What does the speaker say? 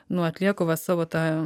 nu atlieku va savo tą